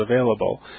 available